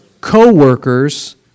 co-workers